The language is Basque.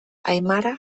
aimara